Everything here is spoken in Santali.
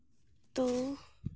ᱛᱳ